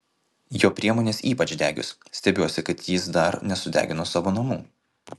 jo priemonės ypač degios stebiuosi kad jis dar nesudegino savo namų